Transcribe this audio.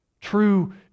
true